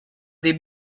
des